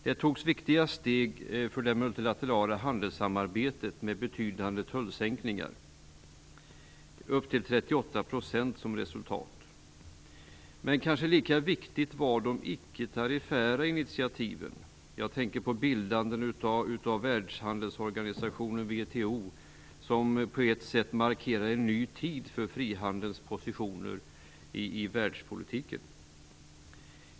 Det togs viktiga steg för det multilaterala handelssamarbetet med betydande tullsänkningar - upp till 38 %. Men de icke-tariffära initiativen var kanske lika viktiga. Jag tänker på bildandet av världshandelsorganisationen WTO, som på ett sätt markerar en ny tid för frihandelns positioner i världspolitiken.